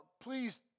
please